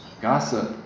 gossip